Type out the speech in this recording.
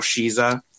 shiza